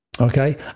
Okay